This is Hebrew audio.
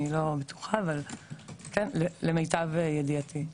למיטב ידיעתי.